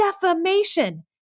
defamation